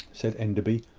said enderby,